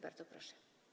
Bardzo proszę.